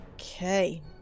okay